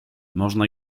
można